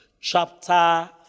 chapter